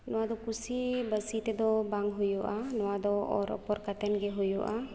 ᱱᱚᱣᱟᱫᱚ ᱠᱩᱥᱤᱵᱟᱹᱥᱤ ᱛᱮᱫᱚ ᱵᱟᱝ ᱦᱩᱭᱩᱜᱼᱟ ᱱᱚᱣᱟᱫᱚ ᱚᱨᱼᱚᱯᱚᱨ ᱠᱟᱛᱮᱫᱜᱮ ᱦᱩᱭᱩᱜᱼᱟ